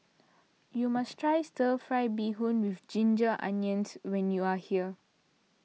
you must try Stir Fry Beef with Ginger Onions when you are here